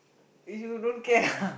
if you don't care lah